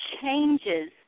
changes